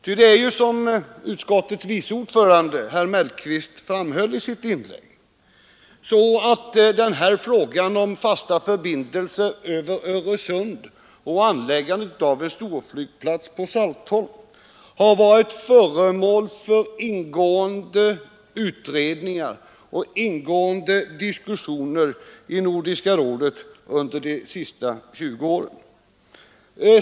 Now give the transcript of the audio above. Ty det är ju, som utskottets vice ordförande, herr Mellqvist, framhöll i sitt inlägg, så att frågan om fasta förbindelser över Öresund och anläggandet av en storflygplats på Saltholm har varit föremål för ingående utredningar och diskussioner i Nordiska rådet under de senaste 20 åren.